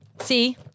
See